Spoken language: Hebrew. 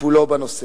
טיפולו בנושא.